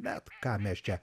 bet ką mes čia